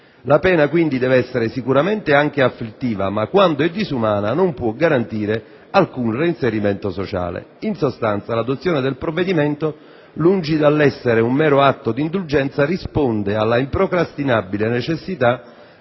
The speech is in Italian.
La pena deve essere sicuramente anche afflittiva, ma quando è disumana non può garantire alcun reinserimento sociale. In sostanza, l'adozione del provvedimento, lungi dall'essere un mero atto di indulgenza, risponde all'improcrastinabile necessità